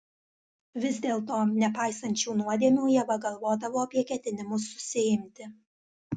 vis dėlto nepaisant šių nuodėmių ieva galvodavo apie ketinimus susiimti